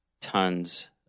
tons